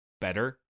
better